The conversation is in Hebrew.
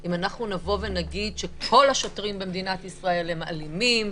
אם אנחנו נבוא ונגיד שכל השוטרים במדינת ישראל הם אלימים,